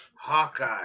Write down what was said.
Hawkeye